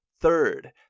Third